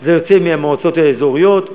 זה יוצא מהמועצות האזוריות,